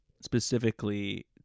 specifically